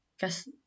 guess